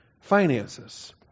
finances